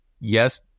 yes